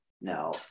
No